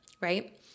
right